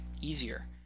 easier